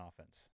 offense